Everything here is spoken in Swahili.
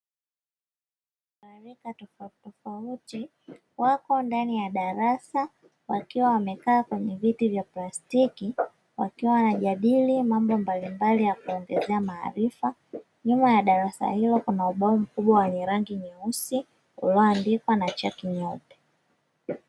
Marika tofautitofauti, wapo ndani ya darasa wakiwa wamekaa kwenye viti vya plastiki, wakiwa wanajadili mambo mbalimbali ya kuwaongezea maarifa. Nyuma ya darasa hilo kuna ubao mkubwa wenye rangi nyeusi, ulioandikwa na chaki nyeupe.